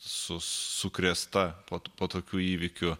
su sukrėsta po po tokių įvykių